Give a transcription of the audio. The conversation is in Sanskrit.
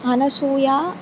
अनसूया